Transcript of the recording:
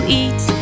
eat